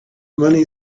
money